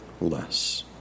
less